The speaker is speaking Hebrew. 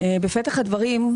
בפתח הדברים,